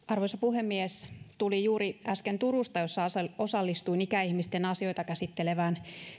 arvoisa puhemies tulin juuri äsken turusta jossa osallistuin ikäihmisten asioita käsittelevään